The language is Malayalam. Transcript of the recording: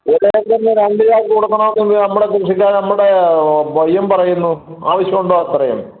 ഒരു ഏക്കറിന് രണ്ട് ചാക്ക് കൊടുക്കണമെന്ന് നമ്മുടെ കൃഷിക്ക് നമ്മുടെ പയ്യൻ പറയുന്നു ആവശ്യമുണ്ടോ അത്രയും